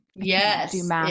Yes